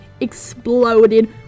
exploded